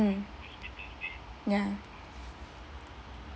mm ya